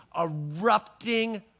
erupting